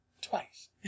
Twice